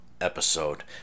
episode